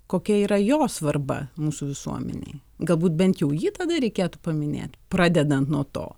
kokia yra jo svarba mūsų visuomenei galbūt bent jau jį tada reikėtų paminėti pradedant nuo to